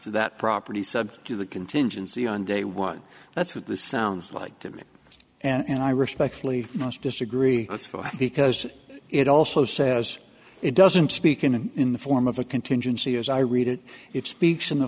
to that property subject to the contingency on day one that's what this sounds like to me and i respectfully disagree it's funny because it also says it doesn't speak in an in the form of a contingency as i read it it speaks in the